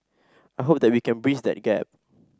I hope that we can breach that gap